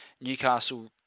Newcastle